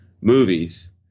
movies